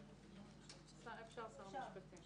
אפשר שר המשפטים.